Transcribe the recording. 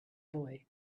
boy